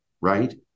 right